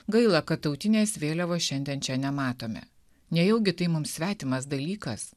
gaila kad tautinės vėliavos šiandien čia nematome nejaugi tai mums svetimas dalykas